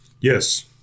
Yes